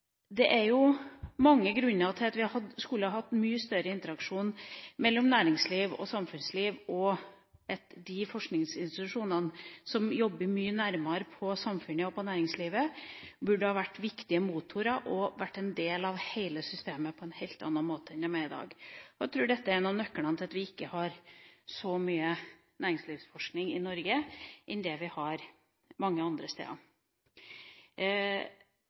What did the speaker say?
Det er jo mange grunner til at vi skulle ha hatt mye større interaksjon mellom næringsliv og samfunnsliv, og de forskningsinstitusjonene som jobber mye nærmere på samfunnet og på næringslivet, burde ha vært viktige motorer og en del av hele systemet på en helt annen måte enn de er i dag. Jeg tror dette er noen av nøklene til at vi ikke har så mye næringslivsforskning i Norge som vi har mange andre steder.